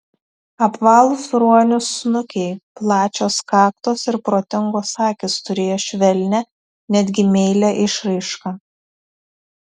apvalūs ruonių snukiai plačios kaktos ir protingos akys turėjo švelnią netgi meilią išraišką